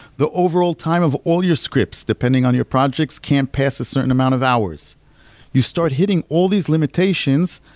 the overall time of all your scripts depending on your projects can't pass a certain amount of hours you start hitting all these limitations,